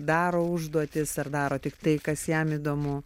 daro užduotis ar daro tik tai kas jam įdomu